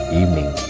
evening